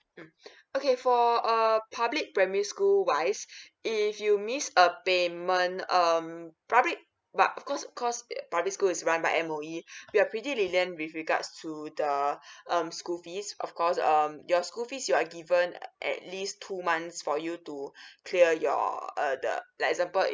mm okay for err public primary school wise if you miss a payment um public but of course cause public school is run by M_O_E we are pretty lenient with regards to the um school fees of course um your school fees you are given at least two months for you to clear your uh the like example